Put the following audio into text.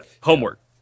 homework